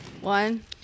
One